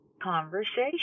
conversation